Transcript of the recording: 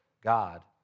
God